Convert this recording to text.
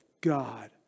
God